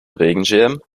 regenschirm